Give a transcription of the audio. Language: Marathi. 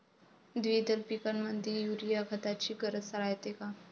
द्विदल पिकामंदी युरीया या खताची गरज रायते का?